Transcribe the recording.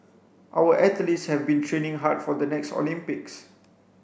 our athletes have been training hard for the next Olympics